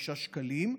שקלים.